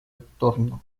entorno